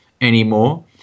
anymore